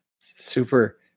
super